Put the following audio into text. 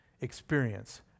experience